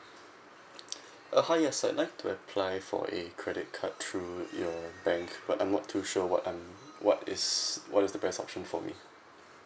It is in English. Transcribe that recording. uh hi yes I'd like to apply for a credit card through your bank but I'm not too sure what I'm what is what is the best option for me